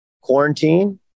quarantine